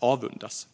avundas.